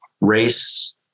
race